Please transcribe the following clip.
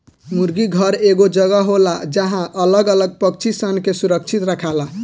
मुर्गी घर एगो जगह होला जहां अलग अलग पक्षी सन के सुरक्षित रखाला